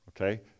Okay